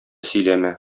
сөйләмә